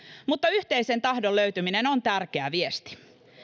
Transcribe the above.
mutta yhteisen tahdon löytyminen on tärkeä viesti